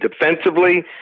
defensively